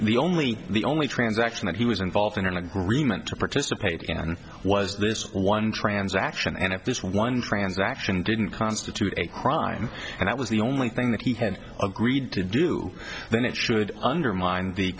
the only the only transaction that he was involved in or an agreement to participate in on was this one transaction and if this one transaction didn't constitute a crime and that was the only thing that he had agreed to do then it should undermine the